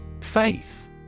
Faith